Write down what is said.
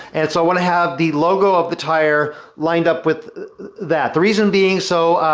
and so i want to have the logo of the tire lined up with that. the reason being, so,